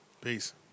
Peace